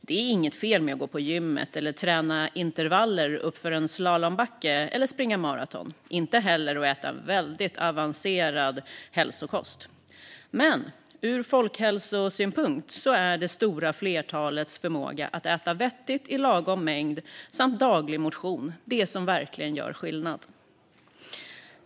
Det är inget fel med att gå på gym, träna intervaller uppför en slalombacke eller springa maraton, och inte heller att äta en väldigt avancerad hälsokost. Men ur folkhälsosynpunkt är det stora flertalets förmåga att äta vettigt i lagom mängd samt få daglig motion det som verkligen gör skillnad.